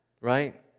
right